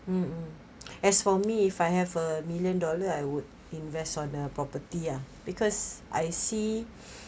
mm mm as for me if I have a million dollar I would invest on a property ah because I see